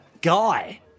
guy